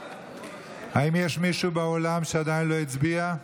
האם יש מישהו באולם שעדיין לא הצביע?